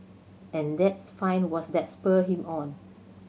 and that's find what's that spurred him on